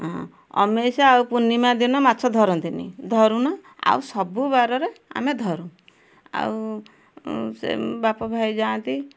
ହଁ ଅମେଇସିୟା ଆଉ ପୂର୍ଣ୍ଣିମା ଦିନ ମାଛ ଧରନ୍ତିନି ଧରୁନା ଆଉ ସବୁ ବାରରେ ଆମେ ଧରୁଁ ଆଉ ସେ ବାପ ଭାଇ ଯାଆନ୍ତି